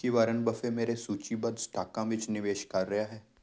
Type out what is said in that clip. ਕੀ Warren Buffett ਮੇਰੇ ਸੂਚੀਬੱਧ ਸਟਾਕਾਂ ਵਿੱਚ ਨਿਵੇਸ਼ ਕਰ ਰਿਹਾ ਹੈ